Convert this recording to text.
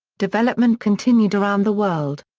development continued around the world.